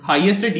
Highest